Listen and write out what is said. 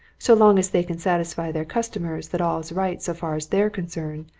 so long as they can satisfy their customers that all's right so far as they're concerned,